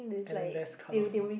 and less colourful